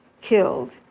killed